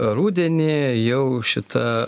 rudenį jau šita